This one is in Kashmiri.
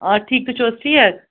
آ ٹھیٖک تُہۍ چھُو حظ ٹھیٖک